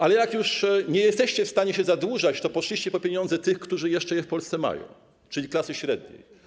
Ale jak już nie jesteście w stanie się zadłużać, to poszliście po pieniądze tych, którzy jeszcze je w Polsce mają, czyli klasy średniej.